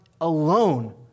alone